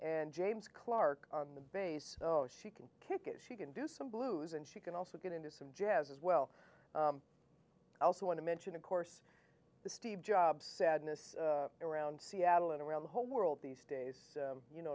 and james clark on the bass she can kick it she can do some blues and she can also get into some jazz as well i also want to mention of course the steve jobs sadness around seattle and around the whole world these days you know